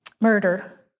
murder